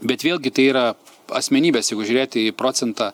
bet vėlgi tai yra asmenybės jeigu žiūrėti į procentą